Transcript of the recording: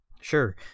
Sure